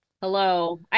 hello